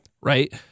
Right